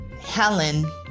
Helen